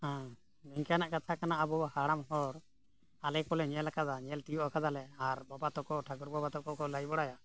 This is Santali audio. ᱦᱮᱸ ᱱᱤᱝᱠᱟᱱᱟᱜ ᱠᱟᱛᱷᱟ ᱠᱟᱱᱟ ᱟᱵᱚ ᱦᱟᱲᱟᱢ ᱦᱚᱲ ᱟᱞᱮ ᱠᱚᱞᱮ ᱧᱮᱞ ᱟᱠᱟᱫᱟ ᱧᱮᱞ ᱛᱤᱭᱳᱜ ᱟᱠᱟᱫᱟᱞᱮ ᱟᱨ ᱵᱟᱵᱟ ᱛᱟᱠᱚ ᱴᱷᱟᱠᱩᱨ ᱵᱟᱵᱟ ᱛᱟᱠᱚ ᱠᱚ ᱞᱟᱹᱭ ᱵᱟᱲᱟᱭᱟ